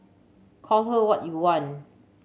call her what you want